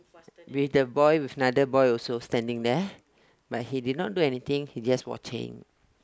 with the boy with another boy also but he standing there but he did not do anything he just watching